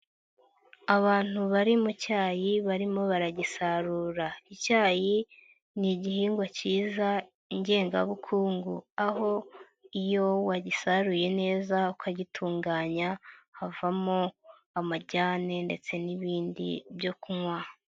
Abantu bari mu cyayi barimo baragisarura, icyayi ni igihingwa cyiza ngengabukungu, aho iyo wagisaruye neza ukagitunganya havamo amajyane ndetse n'ibindi byo kunywa.